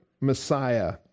Messiah